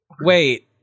wait